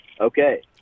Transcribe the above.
okay